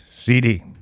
CD